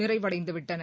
நிறைவடைந்து விட்டன